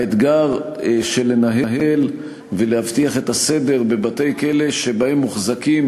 האתגר של לנהל ולהבטיח את הסדר בבתי-כלא שמוחזקים